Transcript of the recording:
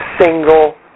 single